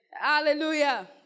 Hallelujah